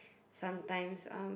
sometimes um